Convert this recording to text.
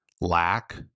lack